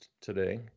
today